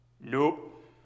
Nope